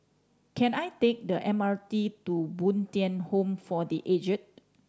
can I take the M R T to Bo Tien Home for The Aged